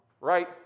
right